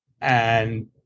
And-